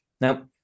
Now